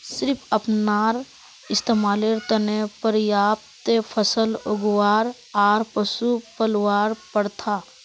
सिर्फ अपनार इस्तमालेर त न पर्याप्त फसल उगव्वा आर पशुक पलवार प्रथा